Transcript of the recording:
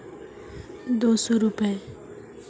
मोर चालू खातार तने कम से कम शेष राशि कि छे?